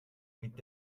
mit